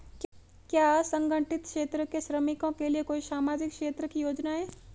क्या असंगठित क्षेत्र के श्रमिकों के लिए कोई सामाजिक क्षेत्र की योजना है?